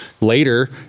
Later